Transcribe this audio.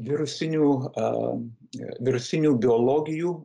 virusinių a virusinių biologijų